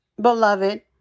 beloved